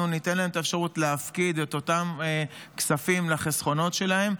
אנחנו ניתן להם אפשרות להפקיד את אותם כספים לחסכונות שלהם,